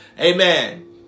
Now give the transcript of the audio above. Amen